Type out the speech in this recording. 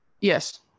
Yes